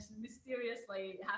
mysteriously